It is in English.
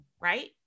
right